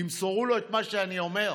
תמסרו לו את מה שאני אומר,